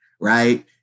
right